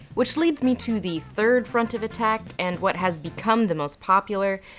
which leads me to the third front of attack and what has become the most popular.